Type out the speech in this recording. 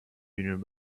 union